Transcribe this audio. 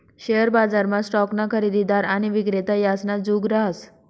share बजारमा स्टॉकना खरेदीदार आणि विक्रेता यासना जुग रहास